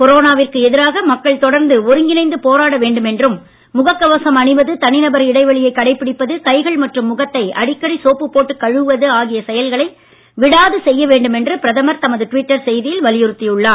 கொரோனாவுக்கு எதிராக மக்கள் தொடர்ந்து ஒருங்கிணைந்து போராட வேண்டும் என்றும் முகக் கவசம் அணிவது தனிநபர் இடைவெளியை கடைபிடிப்பது கைகள் மற்றும் முகத்தை அடிக்கடி சோப்பு போட்டு கழுவுவது ஆகிய செயல்களை விடாது செய்ய வேண்டுமென்று பிரதமர் தமது டுவிட்டர் செய்தியில் வலியுறுத்தி உள்ளார்